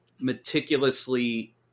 meticulously